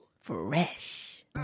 Fresh